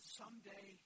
someday